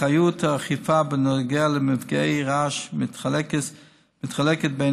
אחריות האכיפה בנוגע למפגעי רעש נחלקת בין